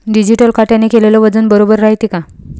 Digital काट्याने केलेल वजन बरोबर रायते का?